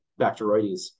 bacteroides